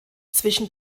zwischen